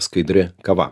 skaidri kava